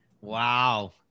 wow